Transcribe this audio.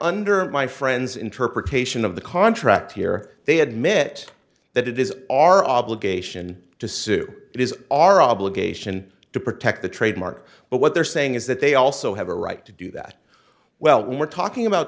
under my friend's interpretation of the contract here they had met that it is our obligation to sue it is our obligation to protect the trademark but what they're saying is that they also have a right to do that well when we're talking about